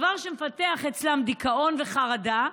דבר שמפתח אצלם דיכאון וחרדה,